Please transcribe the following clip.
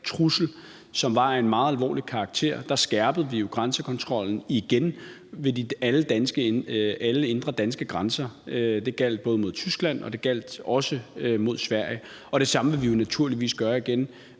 trussel, som var af en meget alvorlig karakter. Der skærpede vi jo grænsekontrollen igen ved alle indre danske grænser. Det gjaldt både mod Tyskland, og det gjaldt også mod Sverige. Det samme vil vi jo naturligvis gøre igen,